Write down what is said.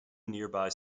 nearby